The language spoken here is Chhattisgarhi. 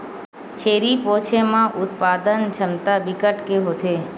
छेरी पोछे म उत्पादन छमता बिकट के होथे